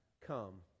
come